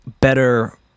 better